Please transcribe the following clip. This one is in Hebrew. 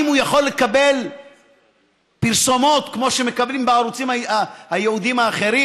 האם הוא יכול לקבל פרסומות כמו שמקבלים בערוצים הייעודיים האחרים,